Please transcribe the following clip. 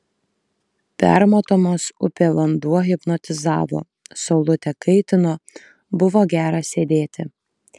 permatomas upė vanduo hipnotizavo saulutė kaitino buvo gera sėdėti